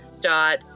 dot